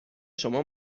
شما